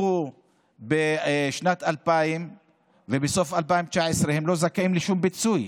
כל העסקים שפתחו בשנת 2020 ובסוף 2019 לא זכאים לשום פיצוי.